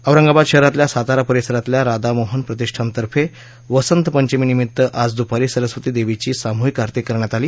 औरंगाबाद शहरातल्या सातारा परिसरातल्या राधामोहन प्रतिष्ठानतर्फे वसंत पंचमीनिमित्त आज दुपारी सरस्वती देवीची सामूहिक आरती करण्यात आली